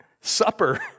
supper